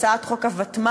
הצעת חוק הוותמ"ל,